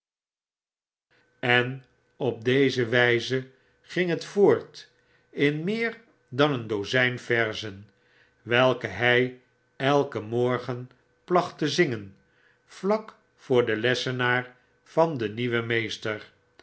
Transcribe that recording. en op deze wjjze ging het voort in meer dan een dozgn verzen welke hy elken morgen placht te zingen vlak voor den lessenaar van den nieuwen meester